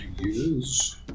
use